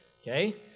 Okay